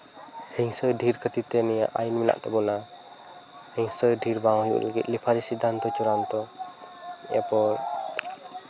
ᱦᱤᱝᱥᱟᱹ ᱰᱷᱮᱨ ᱠᱷᱟᱹᱛᱤᱨ ᱛᱮ ᱱᱤᱭᱟᱹ ᱟᱹᱭᱤᱱ ᱢᱮᱱᱟᱜ ᱛᱟᱵᱚᱱᱟ ᱦᱤᱝᱥᱟᱹ ᱰᱷᱮᱨ ᱵᱟᱝ ᱦᱩᱭᱩᱜ ᱞᱟᱹᱜᱤᱫ ᱨᱮᱯᱷᱟᱨᱤ ᱥᱤᱫᱽᱫᱷᱟᱱᱛᱚ ᱪᱩᱲᱟᱱᱛᱚ ᱮᱨᱯᱚᱨ